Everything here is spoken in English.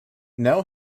now